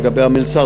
לגבי המלצר,